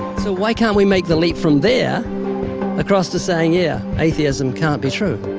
so, why can't we make the leap from there across to saying, yeah, atheism can't be true?